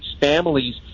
families